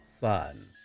Fun